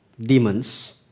Demons